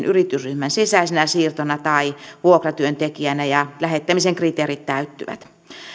yritysryhmän sisäisenä siirtona tai vuokratyöntekijänä ja lähettämisen kriteerit täyttyvät